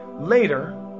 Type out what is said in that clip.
Later